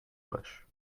bush